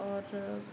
और